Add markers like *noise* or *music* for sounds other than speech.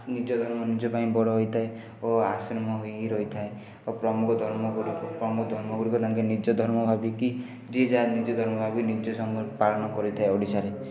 ନିଜ ଧର୍ମ ନିଜ ପାଇଁ ବଡ଼ ହୋଇଥାଏ ଓ *unintelligible* ହୋଇ ରହିଥାଏ ପ୍ରମୁଖ ଧର୍ମଗୁଡ଼ିକ ପ୍ରମୁଖ ଧର୍ମଗୁଡ଼ାକ ତାଙ୍କେ ନିଜ ଧର୍ମ ଭବିକି ଯିଏ ଯାହା ନିଜ ଧର୍ମ ଭବିକି ପାଳନ କରିଥାଏ ଓଡ଼ିଶାରେ